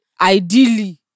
ideally